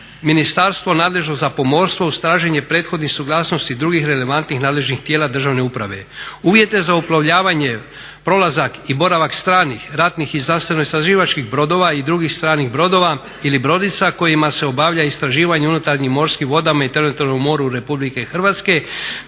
Ministarstvo nadležno za pomorstvo uz traženje prethodnih suglasnosti drugih relevantnih nadležnih tijela državne uprave. Uvjete za uplovljavanje, prolazak i boravak stranih, ratnih i znanstveno istraživačkih brodova i drugih stranih brodova ili brodica kojima se obavlja istraživanje unutarnjim morskim vodama i teritorijalnom moru Republike Hrvatske